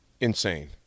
insane